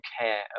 care